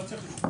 לא צריך.